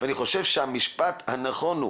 אני חושב שהמשפט הנכון הוא